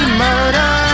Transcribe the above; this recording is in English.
murder